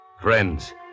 Friends